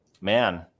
Man